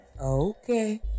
Okay